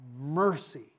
mercy